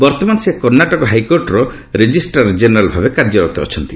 ବର୍ତ୍ତମାନ ସେ କର୍ଣ୍ଣାଟକ ହାଇକୋର୍ଟର ରେଜିଷ୍ଟ୍ରାର ଜେନେରାଲ୍ ଭାବେ କାର୍ଯ୍ୟରତ ଅଛନ୍ତି